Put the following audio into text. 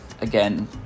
again